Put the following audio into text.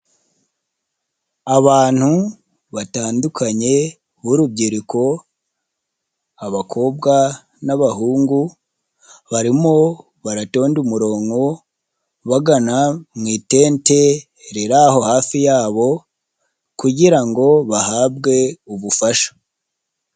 Abantu batandukanye b'urubyiruko; abakobwa n'abahungu, barimo baratonda umuronko, bagana mu itente riri aho hafi yabo, kugira ngo bahabwe ubufasha.